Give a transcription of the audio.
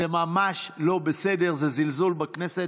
זה ממש לא בסדר, זה זלזול בכנסת.